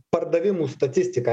pardavimų statistiką